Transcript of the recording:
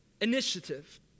Initiative